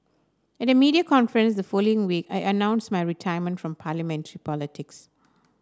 at a media conference the following week I announced my retirement from parliamentary politics